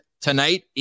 tonight